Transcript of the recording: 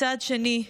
מצד שני,